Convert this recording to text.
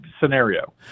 scenario